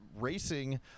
racing